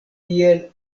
tiel